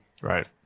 right